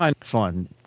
fun